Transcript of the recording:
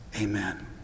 Amen